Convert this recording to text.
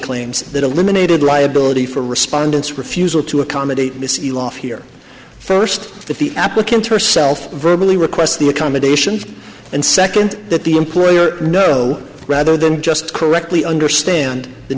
claims that eliminated liability for respondents refusal to accommodate miss eloff here first if the applicant herself verbal or requesting accommodations and second that the employer know rather than just correctly understand the